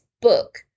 book